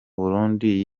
burundi